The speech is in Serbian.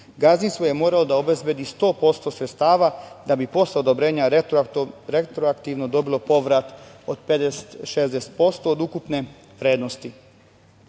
Gazdinstvo je moralo da obezbedi sto posto sredstava da bi posle odobrenja retroaktivno dobilo povrat od 50/60% od ukupne vrednosti. Zato